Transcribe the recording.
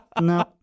No